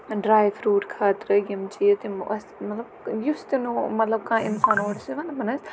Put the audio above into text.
dry fruit خٲطرٕ یِم چھِ تِم ٲسۍ مطلب یُس تہِ نوٚو مطلب کانٛہہ اِنسان اور ٲسۍ یِوان دَپان ٲسۍ